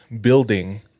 building